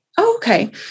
Okay